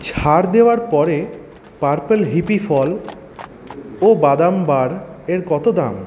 ছাড় দেওয়ার পরে পার্পেল হিপি ফল ও বাদাম বারের কত দাম